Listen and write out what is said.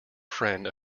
friend